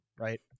right